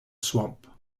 swamp